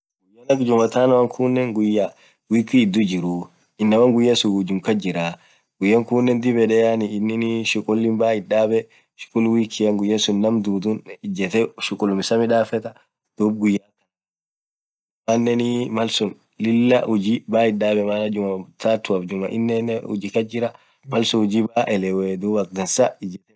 won akhan jumaa tanoa kunen guyaa weekin idhu jiru inaman guyasun hujumm kasjiraa guyya kunen dhib yed yaani inin shughuli baaaa itdhabe shughul week guyya sunn Naam dhudhuni ijethee shughulum isaa midhafedhe dhub guyaa akhana khaaana inamanen mlal sun Lilah huji bayaa itdhabe maana jumaa tatuaf jumaa nnen huji kasjira Malsun huji baaaa eleweeee dhub akha dhansaa ijemeee midhafedha